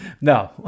no